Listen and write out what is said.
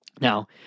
Now